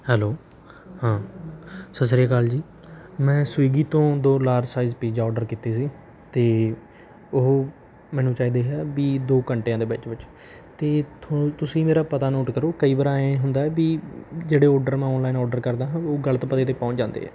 hello ਹਾਂ ਸਤਿ ਸ਼੍ਰੀ ਅਕਾਲ ਜੀ ਮੈਂ ਸਵੀਗੀ ਤੋਂ ਦੋ ਲਾਰ ਸਾਈਜ਼ ਪੀਜ਼ਾ ਆਰਡਰ ਕੀਤੇ ਸੀ ਅਤੇ ਉਹ ਮੈਨੂੰ ਚਾਹੀਦੇ ਹੈ ਵੀ ਦੋ ਘੰਟਿਆਂ ਦੇ ਵਿੱਚ ਵਿੱਚ ਅਤੇ ਇੱਥੋਂ ਤੁਸੀਂ ਮੇਰਾ ਪਤਾ ਨੋਟ ਕਰੋ ਕਈ ਵਾਰ ਐਵੇਂ ਹੁੰਦਾ ਵੀ ਜਿਹੜੇ ਔਡਰ ਮੈਂ ਔਨਲਾਈਨ ਔਡਰ ਕਰਦਾ ਹਾਂ ਉਹ ਗਲਤ ਪਤੇ 'ਤੇ ਪਹੁੰਚ ਜਾਂਦੇ ਹੈ